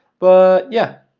but yeah,